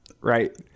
Right